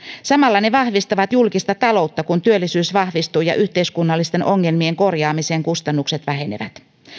samalla ne vahvistavat julkista taloutta kun työllisyys vahvistuu ja yhteiskunnallisten ongelmien korjaamisen kustannukset vähenevät